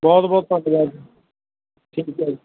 ਬਹੁਤ ਬਹੁਤ ਧੰਨਵਾਦ ਠੀਕ ਹੈ ਜੀ